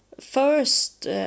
first